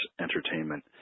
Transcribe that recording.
Entertainment